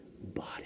body